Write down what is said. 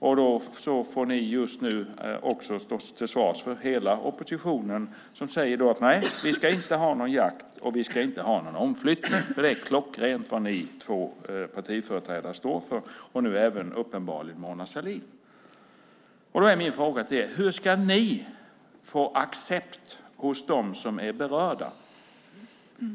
Ni får alltså stå till svars för hela oppositionen när ni säger att det inte ska vara någon jakt eller omflyttning. Det är klockrent vad ni två partiföreträdare står för - och nu uppenbarligen även Mona Sahlin. Då är min fråga till er: Hur ska ni få accept hos dem som är berörda?